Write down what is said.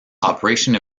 operation